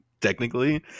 technically